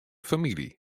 famylje